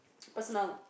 personal